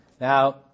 Now